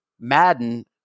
Madden